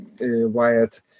Wyatt